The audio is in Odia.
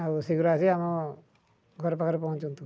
ଆଉ ଶୀଘ୍ର ଆସି ଆମ ଘର ପାଖରେ ପହଁଞ୍ଚନ୍ତୁ